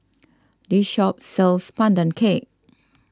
this shop sells Pandan Cake